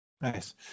Nice